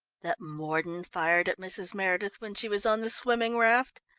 that mordon fired at mrs. meredith when she was on the swimming raft?